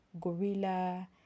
gorilla